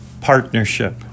partnership